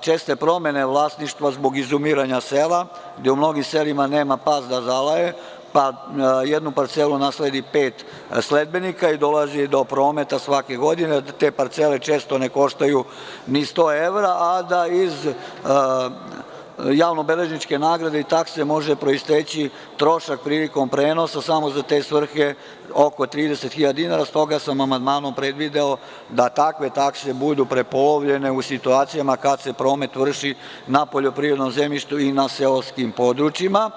česte promene vlasništva, zbog izumiranja sela gde u mnogim selima nema pas da zalaje, pa jednu parcelu nasledi pet sledbenika i dolazi do prometa svake godine, te parcele često ne koštaju ni 100 evra, a da iz javno-beležničke nagrade i takse može proisteći trošak prilikom prenosa samo za te svrhe oko 30.000 dinara i stoga sam amandmanom predvideo da takve takse budu prepolovljene u situacijama kada se promet vrši na poljoprivrednom zemljištu i na seoskim područjima.